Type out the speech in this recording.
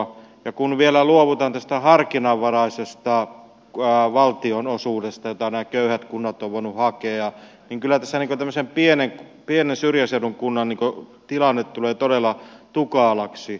ja kun vielä luovutaan tästä harkinnanvaraisesta valtionosuudesta jota nämä köyhät kunnat ovat voineet hakea niin kyllä tässä tämmöisen pienen syrjäseudun kunnan tilanne tulee todella tukalaksi